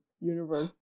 universe